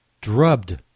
drubbed